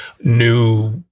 new